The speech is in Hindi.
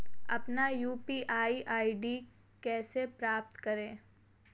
अपना यू.पी.आई आई.डी कैसे प्राप्त करें?